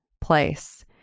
place